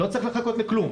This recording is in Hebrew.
לא צריך לחכות לכלום,